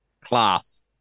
Class